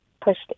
pushed